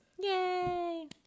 Yay